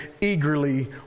eagerly